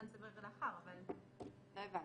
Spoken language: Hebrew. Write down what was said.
זמן סביר לאחר --- לא הבנתי.